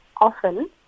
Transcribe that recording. often